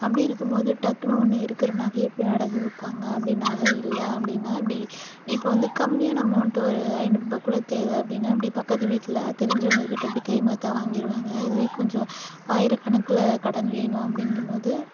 அப்படி இருக்கும்போது டக்குனு ஒன்று இருக்கிற நகையை போய் அடகு வைப்பாங்க அப்படி நகை இல்லை அப்படினா இப்படி இப்போ வந்து கம்மியான அமௌன்ட் ஒரு ஐநூறுபாய்குள்ள தேவை அப்படினா இப்படி பக்கத்து வீட்டில் தெரிஞ்சவங்க கிட்ட இப்படி கை மாற்றா வாங்கிடுவாங்க இதுவே கொஞ்சம் ஆயிர கணக்கில் கடன் வேணும் அப்படிங்கம்போது